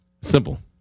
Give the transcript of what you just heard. Simple